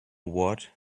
what